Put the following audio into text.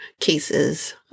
cases